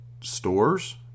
stores